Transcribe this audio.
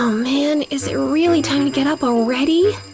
ah man, is it really time to get up already?